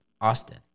Austin